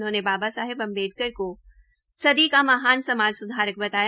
उन्होंने बाबा साहेब अम्बेडकर को सदी का महान समाज स्धारक बताया